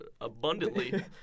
abundantly